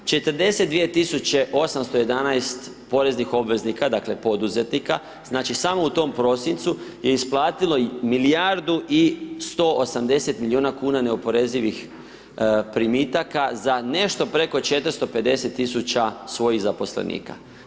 42811 poreznih obveznika, dakle, poduzetnika, znači, samo u tom prosincu je isplatilo milijardu i 180 milijuna kuna neoporezivih primitaka za nešto preko 450 000 svojih zaposlenika.